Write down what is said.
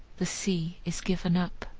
the sea is given up,